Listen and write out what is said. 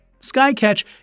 Skycatch